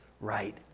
right